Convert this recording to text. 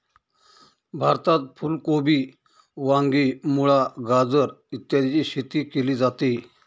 भारतात फुल कोबी, वांगी, मुळा, गाजर इत्यादीची शेती केली जाते